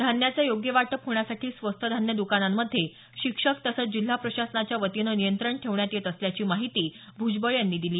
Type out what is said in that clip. धान्याचे योग्य वाटप होण्यासाठी स्वस्त धान्य दकांनामध्ये शिक्षक तसंच जिल्हा प्रशासनाच्या वतीने नियंत्रण ठेवण्यात येत असल्याची माहिती भ्जबळ यांनी दिली